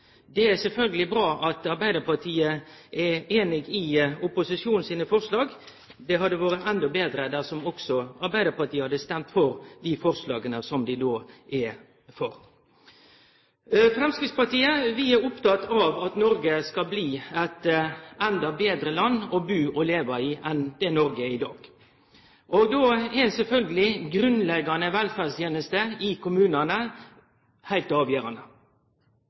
Det er sjølvsagt bra at Arbeidarpartiet er einig i opposisjonen sine forslag, men det hadde vore endå betre dersom Arbeidarpartiet også hadde stemt for dei forslaga som dei er for. Vi i Framstegspartiet er opptekne av at Noreg skal bli eit endå betre land å bu og leve i enn det Noreg er i dag. Då er sjølvsagt grunnleggjande velferdstenester i kommunane heilt avgjerande.